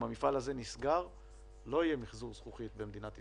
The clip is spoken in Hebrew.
אם המפעל הזה נסגר לא יהיה מחזור זכוכית במדינת ישראל.